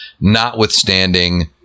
notwithstanding